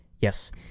yes